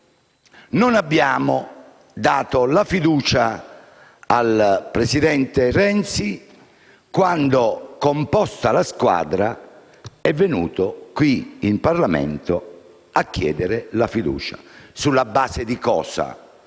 non abbiamo dato la fiducia al presidente Renzi quando, composta la squadra, è venuto qui in Parlamento a chiedere la fiducia, sulla base di un